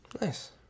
Nice